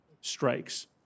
strikes